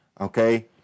okay